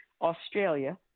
Australia